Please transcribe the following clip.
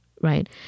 right